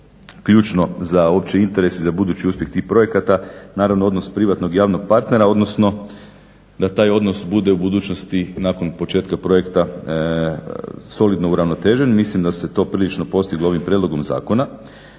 ključno za opći interes i za budući uspjeh tih projekata naravno odnos privatnog i javnog partnera, odnosno da taj odnos bude u budućnosti nakon početka projekta solidno uravnotežen. Mislim da se to prilično postiglo ovim prijedlogom zakona.